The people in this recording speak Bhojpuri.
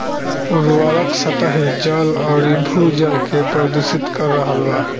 उर्वरक सतही जल अउरी भू जल के प्रदूषित कर रहल बा